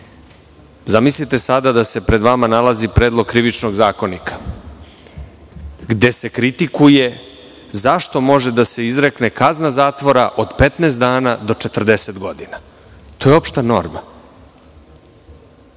Zamislite sada da se pred vama nalazi predlog Krivičnog zakonika, gde se kritikuje zašto može da se izrekne kazna zatvora od 15 dana do 40 godina. To je opšta norma.